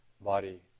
body